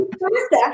first